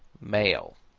male,